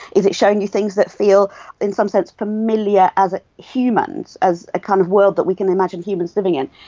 is it showing you things that feel in some sense familiar as ah humans, as a kind of world that we can imagine humans living in?